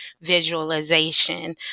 visualization